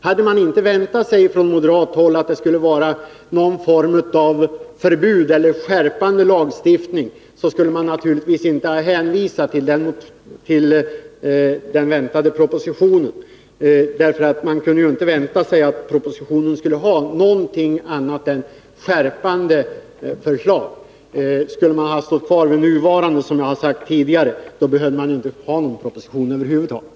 Hade man från moderat håll inte utgått från att förslaget skulle innebära någon form av förbud eller en lagstiftning i skärpande riktning skulle man naturligtvis inte ha hänvisat till den väntade propositionen. Propositionen kunde ju inte väntas innehålla annat än förslag om skärpning. Om man utgått från att nuvarande regler skulle bibehållas skulle det inte ha behövts någon proposition över huvud taget.